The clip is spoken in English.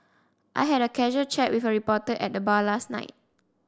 I had a casual chat with a reporter at the bar last night